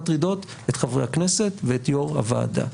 מטרידות את חברי הכנסת ואת יושב-ראש הוועדה.